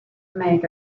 make